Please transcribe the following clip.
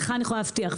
לך אני יכולה להבטיח,